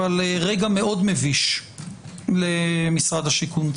אבל רגע מאוד מביש למשרד השיכון.